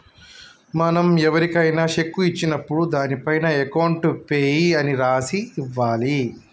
మనం ఎవరికైనా శెక్కు ఇచ్చినప్పుడు దానిపైన అకౌంట్ పేయీ అని రాసి ఇవ్వాలి